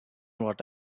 what